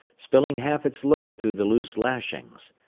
spilling half its load through the loose lashings.